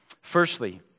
Firstly